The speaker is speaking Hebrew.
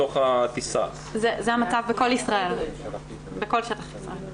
זה המצב בכל שטח ישראל.